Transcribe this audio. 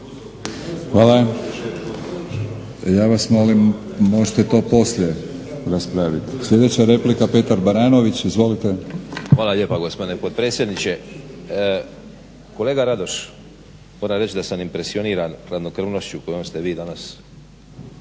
Hvala. Ja vas molim možete to poslije raspravljati. Sljedeća replika Petar Baranović. Izvolite. **Baranović, Petar (HNS)** Hvala lijepa gospodine potpredsjedniče. Kolega Radoš, moram reći da sam impresioniran hladnokrvnošću kojom ste vi danas